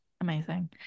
Amazing